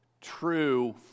true